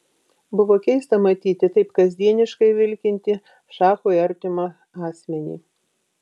buvo keista matyti taip kasdieniškai vilkintį šachui artimą asmenį